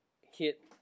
hit